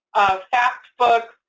fact book,